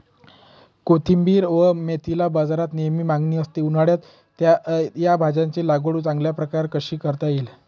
कोथिंबिर व मेथीला बाजारात नेहमी मागणी असते, उन्हाळ्यात या भाज्यांची लागवड चांगल्या प्रकारे कशी करता येईल?